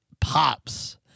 pops